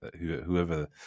whoever